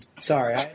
Sorry